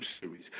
series